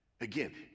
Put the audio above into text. again